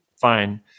fine